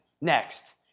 next